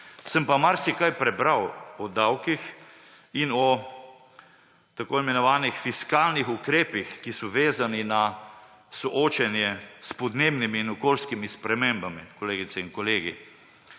Sem pa marsikaj prebral o davkih in o tako imenovanih fiskalnih ukrepih, ki so vezani na soočenje s podnebnimi in okoljskimi spremembami, kolegice in kolegi.